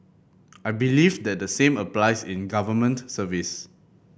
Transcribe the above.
I believe that the same applies in government service